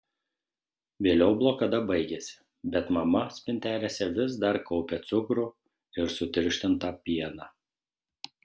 vėliau blokada baigėsi bet mama spintelėse vis dar kaupė cukrų ir sutirštintą pieną